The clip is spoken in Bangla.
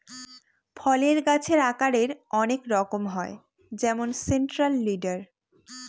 ফলের গাছের আকারের অনেক রকম হয় যেমন সেন্ট্রাল লিডার